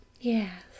Yes